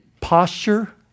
posture